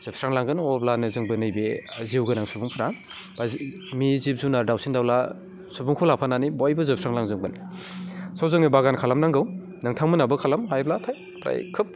जोबस्रांलांगोन अब्लानो जोंबो नैबे जिउगोनां सुबुंफोरा बा मि जिब जुनार दाउसिन दाउला सुबुंखौ लाफानानै बयबो जोबस्रांलांजोबगोन स' जोङो बागान खालामनांगौ नोंथांमोनाबो खालाम हायोब्लाथाय ओमफ्राय खोब